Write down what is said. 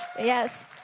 yes